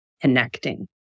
connecting